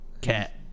cat